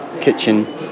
kitchen